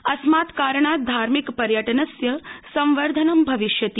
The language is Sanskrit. अस्मात् कारणात् धार्मिक पर्यटनस्य संवर्धनं भविष्यति